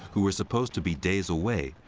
who were supposed to be days away,